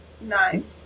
Nine